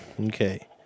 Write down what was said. Okay